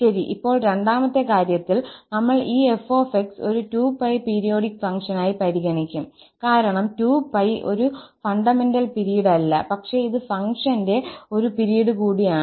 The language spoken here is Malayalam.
ശരി ഇപ്പോൾ രണ്ടാമത്തെ കാര്യത്തിൽ നമ്മൾ ഈ 𝑓 𝑥 ഒരു 2𝜋 പീരിയോഡിക് ഫംഗ്ഷനായി പരിഗണിക്കും കാരണം 2𝜋 ഒരു ഫണ്ടമെന്റൽ പിരീഡ് അല്ല പക്ഷേ ഇത് ഫംഗ്ഷന്റെ ഒരു പിരീഡ് കൂടിയാണ്